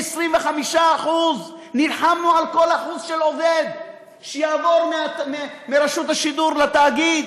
מ-25% נלחמנו על כל אחוז של עובד שיעבור מרשות השידור לתאגיד,